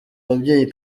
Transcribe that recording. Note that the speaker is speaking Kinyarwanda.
ababyeyi